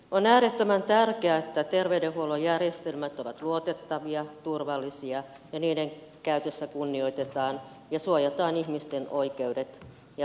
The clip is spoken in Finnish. on äärettömän tärkeää että terveydenhuollon järjestelmät ovat luotettavia turvallisia ja niiden käytössä kunnioitetaan ja suojataan ihmisten oikeuksia ja valinnanvapautta